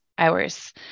hours